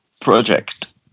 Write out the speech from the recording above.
project